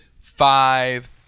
five